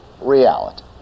reality